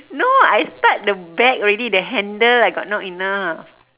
no I start the bag already the handle I got not enough